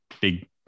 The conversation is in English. big